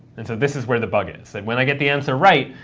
and so this is where the bug is. so when i get the answer right,